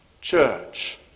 church